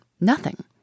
nothing